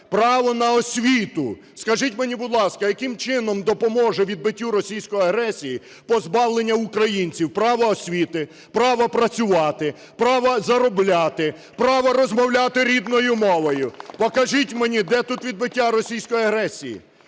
право на освіту. Скажіть мені, будь ласка, яким чином допоможе відбиттю російської агресії позбавлення українців права освіти, право працювати, право заробляти, право розмовляти рідною мовою? Покажіть мені, де тут відбиття російської агресії?